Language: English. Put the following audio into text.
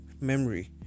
memory